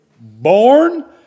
born